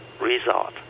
result